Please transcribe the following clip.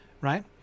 right